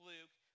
Luke